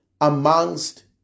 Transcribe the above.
amongst